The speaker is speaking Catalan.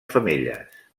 femelles